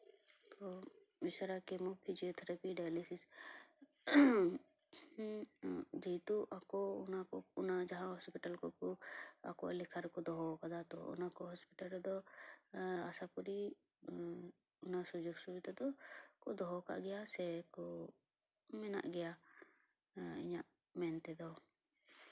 ᱛᱚ ᱤᱥᱟᱹᱨᱟ ᱠᱮᱢᱳ physiotherapy dialysis ᱡᱮᱦᱮᱛᱩ ᱟᱠᱚ ᱚᱱᱟ ᱡᱟᱦᱟᱸ ᱦᱚᱥᱯᱤᱴᱟᱞ ᱨᱮᱠᱚ ᱟᱠᱚᱣᱟᱜ ᱞᱮᱠᱷᱟ ᱨᱮᱠᱚ ᱫᱚᱦᱚᱣᱟᱠᱟᱫᱟ ᱛᱚ ᱚᱱᱟ ᱠᱚ ᱦᱚᱥᱯᱤᱴᱟᱞ ᱨᱮᱫᱚ ᱟᱥᱟ ᱠᱚᱨᱤ ᱚᱱᱟ ᱥᱩᱡᱳᱜᱽ ᱥᱩᱵᱤᱫᱟ ᱫᱚ ᱫᱚᱦᱚᱣᱟᱠᱟᱫ ᱜᱮᱭᱟ ᱥᱮ ᱠᱚ ᱢᱮᱱᱟᱜ ᱜᱮᱭᱟ ᱤᱧᱟ ᱜ ᱢᱮᱱᱛᱮ ᱫᱚ